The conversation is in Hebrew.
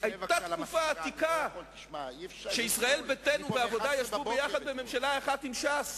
שהיתה תקופה עתיקה שישראל ביתנו והעבודה ישבו ביחד בממשלה אחת עם ש"ס.